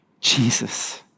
Jesus